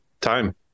Time